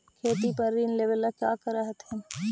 खेतिया पर ऋण लेबे ला की कर हखिन?